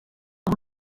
amb